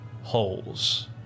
holes